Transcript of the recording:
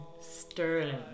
sterling